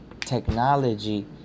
technology